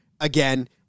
again